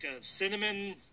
cinnamon